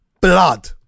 Blood